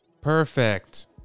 Perfect